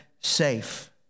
safe